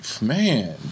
man